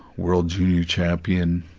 world junior champion,